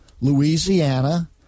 Louisiana